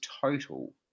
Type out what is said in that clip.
total